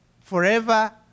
forever